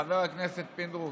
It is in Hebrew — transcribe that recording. חבר הכנסת פינדרוס,